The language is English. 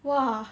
!wah!